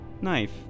knife